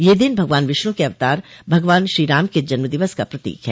यह दिन भगवान विष्णु के अवतार भगवान श्रीराम के जन्म दिवस का प्रतीक है